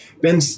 Ben